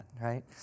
Right